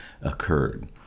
occurred